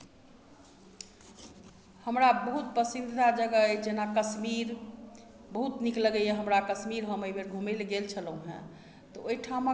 हमरा बहुत पसंदीदा जगह अछि जेना कश्मीर बहुत नीक लगैया हमरा कश्मीर हम अहि बेर घुमय लेल गेल छलहुॅं